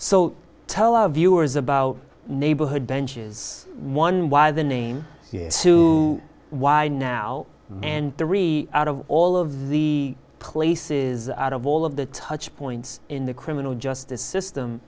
our viewers about neighborhood benches one why the name sue why now and three out of all of the places out of all of the touch points in the criminal justice system